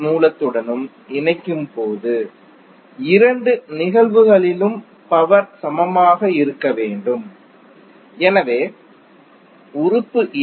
மூலத்துடனும் இணைக்கும்போது இரண்டு நிகழ்வுகளிலும் பவர் சமமாக இருக்க வேண்டும் எனவே உறுப்பு ஏ